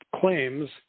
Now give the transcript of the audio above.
claims